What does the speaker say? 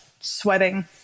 sweating